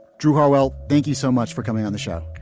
drew harwell, thank you so much for coming on the show.